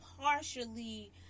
partially